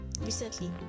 recently